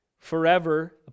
forever